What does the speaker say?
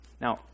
Now